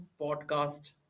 podcast